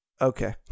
okay